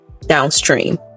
downstream